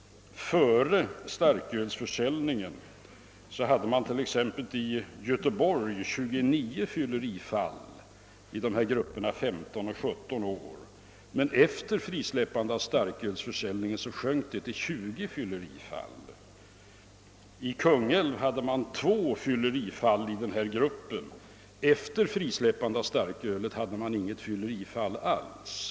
Före starkölsförsäljningen hade man t.ex. i Göteborg 29 fyllerifall i grupperna 15—17 år, men efter frisläppandet av = starkölsförsäljningen sjönk siffran till 20 fyllerifall. I Kungälv häde man två fyllerifall i denna grupp. Efter frisläppandet av starkölet kunde man inte notera något fyllerifall alls.